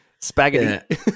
Spaghetti